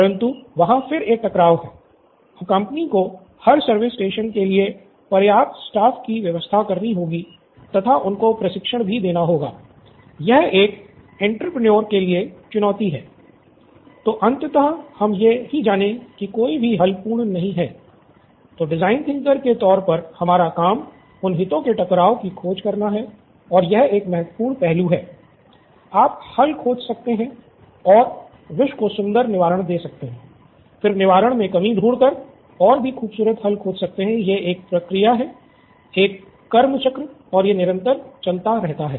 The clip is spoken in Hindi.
परन्तु वहाँ फिर एक टकराव है अब कंपनी को हर सर्विस स्टेशन के लिए पर्याप्त स्टाफ की व्यवस्था करनी होगी तथा उनको प्रशिक्षण भी देना होगा ये एक एंटरेपरेनेऊ और ये निरंतर चलता रहता है